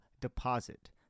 deposit